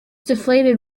deflated